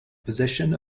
position